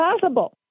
possible